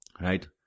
right